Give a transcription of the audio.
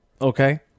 Okay